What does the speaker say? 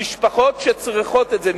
משפחות נזקקות שעובדות שצריכות את זה,